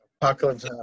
Apocalypse